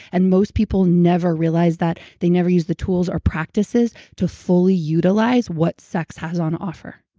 and most people never realize that, they never use the tools or practices to fully utilize what sex has on offer.